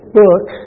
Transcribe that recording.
book